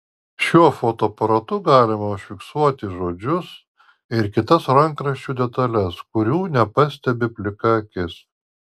šiuo fotoaparatu galima užfiksuoti žodžius ir kitas rankraščių detales kurių nepastebi plika akis